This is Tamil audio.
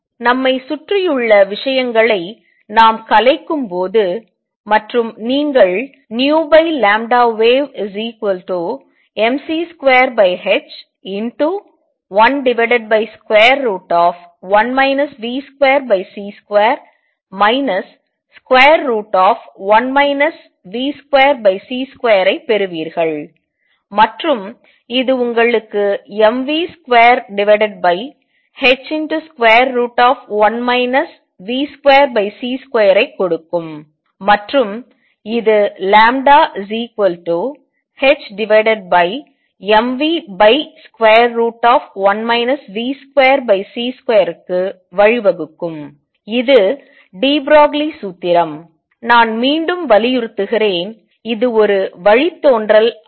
நம்மை சுற்றியுள்ள விஷயங்களை நாம் கலைக்கும் போது மற்றும் நீங்கள் vwave mc2h11 v2c2 1 v2c2 ஐ பெறுவீர்கள் மற்றும் இது உங்களுக்கு mv2h1 v2c2 ஐ கொடுக்கும் மற்றும் இது λhmv1 v2c2 விற்கு வழிவகுக்கும் இது டி ப்ரோக்லி சூத்திரம் நான் மீண்டும் வலியுறுத்துகிறேன் இது ஒரு வழித்தோன்றல் அல்ல